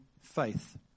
faith